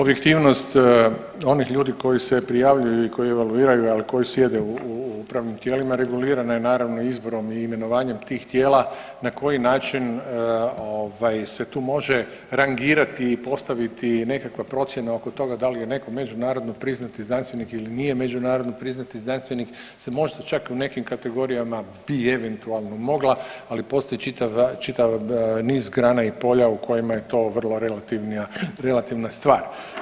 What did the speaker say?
Objektivnost onih ljudi koji se prijavljuju i koji evaluiraju, ali koji sjede u upravnim tijelima regulirano je naravno izborom i imenovanjem tih tijela na koji način se tu može rangirati i postaviti nekakva procjena oko toga da li je netko međunarodno priznati znanstvenik ili nije međunarodno priznati znanstvenik se možda čak u nekim kategorijama bi eventualno mogla, ali postoji čitav niz grana i polja u kojima je to vrlo relativna stvar.